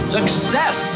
Success